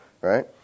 right